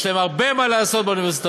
יש להם הרבה מה לעשות באוניברסיטאות.